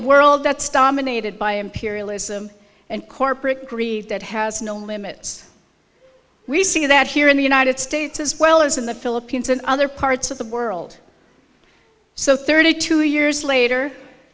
world that stahmann aided by imperialism and corporate greed that has no limits we see that here in the united states as well as in the philippines and other parts of the world so thirty two years later